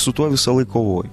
su tuo visąlaik kovoju